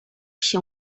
się